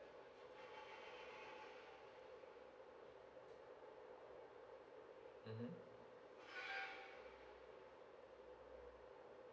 mm